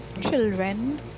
children